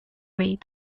eat